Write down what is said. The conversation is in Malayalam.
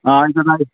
ആ